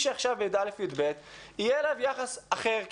שמי שעכשיו הוא ב-י"א-י"ב יהיה אליו יחס אחר,